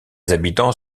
habitants